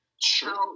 Sure